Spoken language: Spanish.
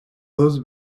dos